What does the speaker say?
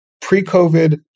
pre-COVID